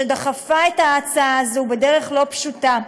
שדחפה את ההצעה הזאת בדרך לא פשוטה,